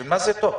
בשביל מה זה טוב?